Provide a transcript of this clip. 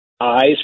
eyes